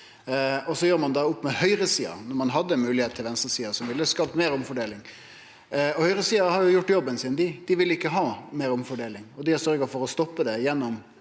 og så gjer ein opp med høgresida, når ein hadde ei moglegheit med venstresida, som ville skapt meir omfordeling. Høgresida har gjort jobben sin – dei vil ikkje ha meir omfordeling. Dei har sørgt for å stoppe det gjennom